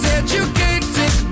educated